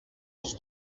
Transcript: els